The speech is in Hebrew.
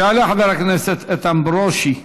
יעלה חבר הכנסת איתן ברושי,